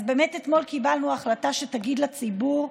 אז באמת אתמול קיבלנו החלטה שתגיד לציבור: